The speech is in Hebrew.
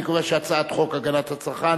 אני קובע שחוק הגנת הצרכן